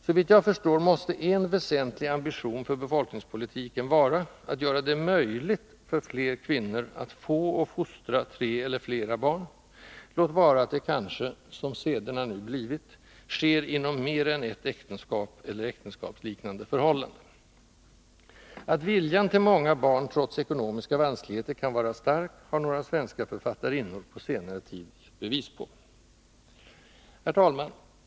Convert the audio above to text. Såvitt jag förstår måste en väsentlig ambition för befolkningspolitiken vara att göra det möjligt för fler kvinnor att få och fostra tre eller flera barn, låt vara att det kanske — som sederna nu blivit — sker inom mer än ett äktenskap eller äktenskapsliknande förhållande. Att viljan till många barn — trots ekonomiska vanskligheter — kan vara stark har några svenska författarinnor på senare tid givit bevis på. Herr talman!